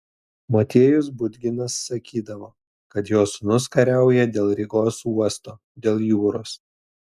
motiejus budginas sakydavo kad jo sūnus kariauja dėl rygos uosto dėl jūros